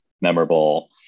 memorable